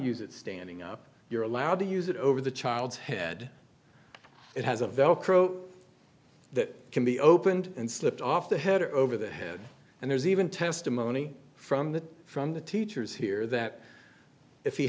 use it standing up you're allowed to use it over the child's head it has a velcro that can be opened and slipped off the head or over the head and there's even testimony from that from the teachers here that if he